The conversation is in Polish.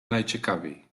najciekawiej